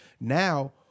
Now